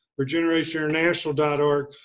regenerationinternational.org